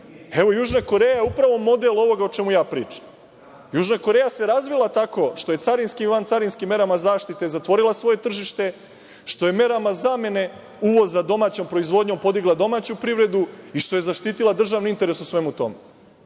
Evo Južna Koreja je upravo model ovoga o čemu pričam. Južna Koreja se razvila tako što je carinskim i vancarinskim merama zaštite zatvorila svoje tržište, što je merama zamene uvoza domaćom proizvodnjom podigla domaću privredu i što je zaštitila državni interes u svemu tome.